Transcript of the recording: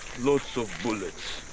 lots of bullets!